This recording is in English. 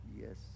yes